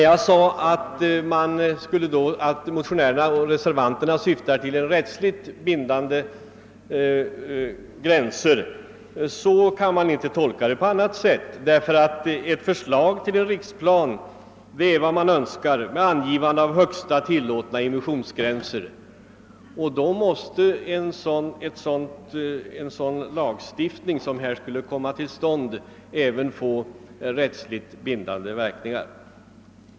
Jag sade att motionärerna och reservanterna syftar till rättsligt bindande gränser, därför att man inte kan tolka deras förslag på annat sätt. Förslaget till en riksplan med angivande av högsta tillåtna immissionsgränser, vilket är vad de önskar, innebär att den lagstiftning som här skulle komma till stånd även skulle få rättsligt bindande verkningar.